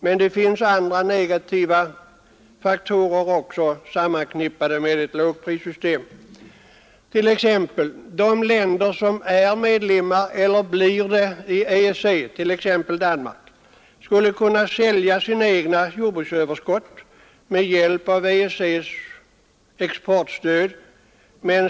Men det finns också andra negativa faktorer sammanknippade med ett lågprissystem, bl.a. att de länder som är medlemmar av EEC eller blir det — t.ex. Danmark — skulle kunna sälja sina egna jordbruksöverskott med hjälp av EEC:s exportstöd.